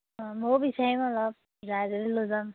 অঁ মইয়ো বিচাৰিম অলপ যায় যদি লৈ যাম